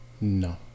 No